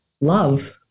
love